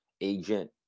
agent